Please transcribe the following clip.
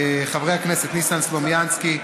חברי הכנסת ניסן סלומינסקי,